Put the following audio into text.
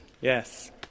yes